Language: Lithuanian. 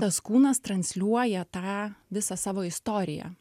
tas kūnas transliuoja tą visą savo istoriją